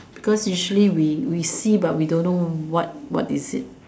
because usually we we see but we don't know what what is it